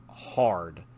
Hard